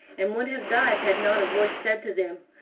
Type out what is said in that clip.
and would have died had not a voice said to them,